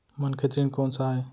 मनखे ऋण कोन स आय?